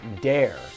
dare